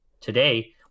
Today